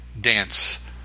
dance